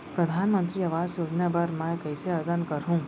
परधानमंतरी आवास योजना बर मैं कइसे आवेदन करहूँ?